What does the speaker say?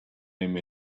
him